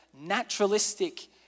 naturalistic